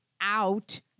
out